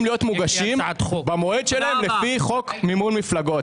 להיות מוגשים במועד שלהם לפי חוק מימון מפלגות.